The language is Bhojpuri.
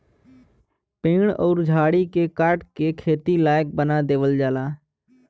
पेड़ अउर झाड़ी के काट के खेती लायक बना देवल जाला